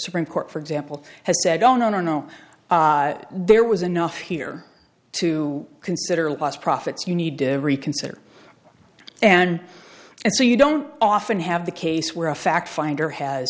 supreme court for example has said oh no no no there was enough here to consider last profits you need to reconsider and and so you don't often have the case where a fact finder has